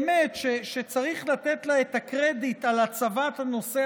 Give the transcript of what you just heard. שצריך לתת לה את הקרדיט על הצבת הנושא